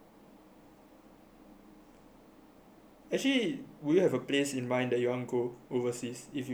actually do you have a place in mind that you want to overseas if you have a exchange program overseas